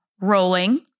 rolling